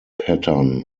pattern